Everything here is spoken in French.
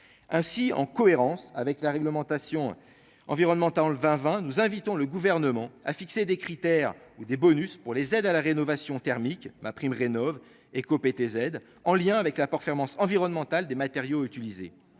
ainsi en cohérence avec la réglementation environnementale vingt vingt nous invitons le gouvernement a fixé des critères ou des bonus pour les aides à la rénovation thermique MaPrimeRénov'éco-PTZ en lien avec la performance environnementale des matériaux utilisés,